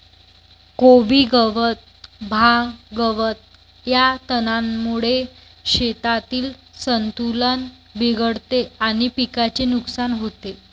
कोबी गवत, भांग, गवत या तणांमुळे शेतातील संतुलन बिघडते आणि पिकाचे नुकसान होते